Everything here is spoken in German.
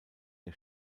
der